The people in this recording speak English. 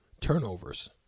turnovers